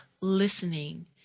listening